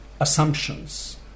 assumptions